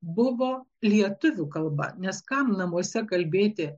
buvo lietuvių kalba nes kam namuose kalbėti